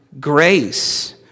grace